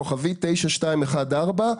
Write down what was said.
כוכבית 9214,